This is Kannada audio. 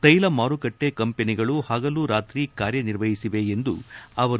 ತೈಲ ಮಾರುಕಟ್ಟೆ ಕಂಪನಿಗಳು ಹಗಲು ರಾತ್ರಿ ಕಾರ್ಯನಿರ್ವಹಿಸಿವೆ ಎಂದರು